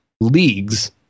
leagues